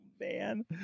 man